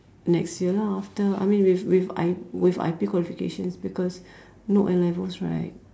next year lah after I mean with with I with I_P qualifications because no N-levels right